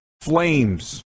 Flames